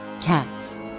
Cats